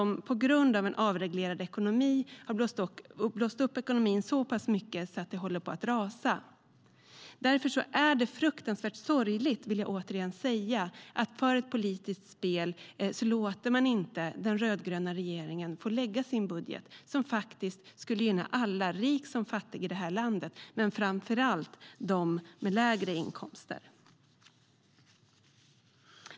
På grund av en avreglerad ekonomi har ekonomin blåsts upp så mycket att den håller på att rasa. Därför är det fruktansvärt sorgligt, vill jag återigen säga, att man på grund av ett politiskt spel inte låter den rödgröna regeringen få lägga fram sin budget, som faktiskt skulle gynna alla i det här landet, rik som fattig, men framför allt dem med lägre inkomster.